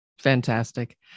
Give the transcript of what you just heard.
Fantastic